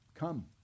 come